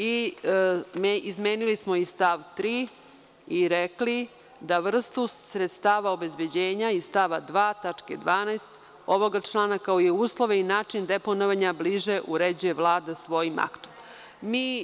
Izmenili smo i stav 3. i rekli da vrstu sredstava obezbeđenja iz stava 2. tačke 12) ovoga člana, kao i uslove i način deponovanja, bliže uređuje Vlada svojim aktom.